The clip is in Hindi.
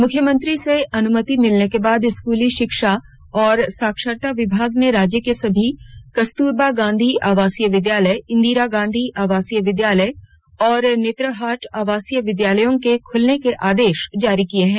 मुख्यमंत्री से अनुमति मिलने के बाद स्कूली शिक्षा और साक्षरता विभाग ने राज्य के सभी कस्तूरबा गांधी आवासीय विद्यालय इंदिरा गांधी आवासीय विद्यालय और नेतरहाट आवासीय विधालयों के खुलने का आदेश जारी किया है